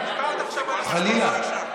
דיברת עכשיו על השמאל, חלילה.